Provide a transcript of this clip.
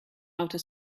outer